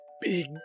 big